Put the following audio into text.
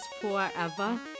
forever